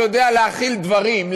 שיודע להחיל דברים,